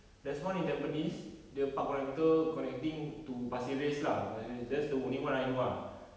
there's one in tampines the park connector connecting to pasir ris lah pasir ris that's the only one I know ah